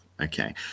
okay